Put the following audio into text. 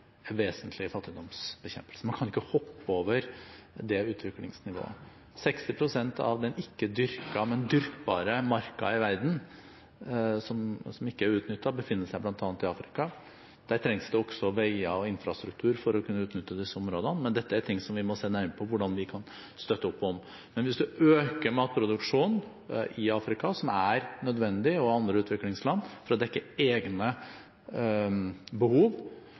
fattigdomsbekjempelse. Man kan ikke hoppe over det utviklingsnivået. 60 pst. av den ikke-dyrkede, men dyrkbare marka i verden, som ikke er utnyttet, befinner seg bl.a. i Afrika. Der trengs det også veier og infrastruktur for å kunne utnytte disse områdene, men dette er ting vi må se nærmere på hvordan vi kan støtte opp om. Hvis man øker matproduksjonen i Afrika og andre utviklingsland, som er nødvendig for å dekke egne behov,